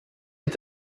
est